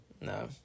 No